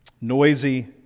noisy